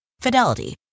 Fidelity